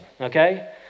okay